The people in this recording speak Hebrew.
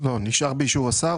לא, נשאר באישור השר.